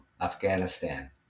Afghanistan